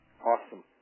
Awesome